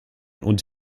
und